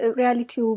reality